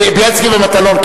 בילסקי ומטלון.